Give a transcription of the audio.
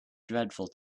dreadful